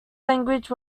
language